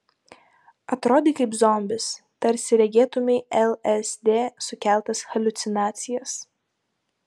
atrodei kaip zombis tarsi regėtumei lsd sukeltas haliucinacijas